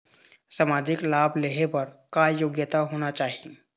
सामाजिक लाभ लेहे बर का योग्यता होना चाही?